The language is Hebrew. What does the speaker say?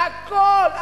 הכול,